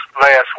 last